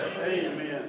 Amen